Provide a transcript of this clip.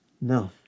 No